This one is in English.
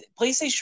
PlayStation